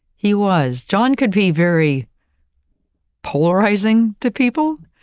he was. john could be very polarizing to people.